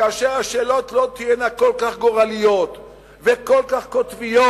כאשר השאלות לא תהיינה כל כך גורליות וכל כך קוטביות,